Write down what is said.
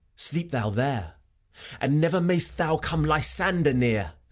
sleep thou there and never mayst thou come lysander near!